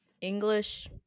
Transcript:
English